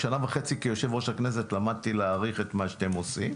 בשנה וחצי כיושב-ראש הכנסת למדתי להעריך את מה שאתם עושים.